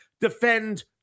defend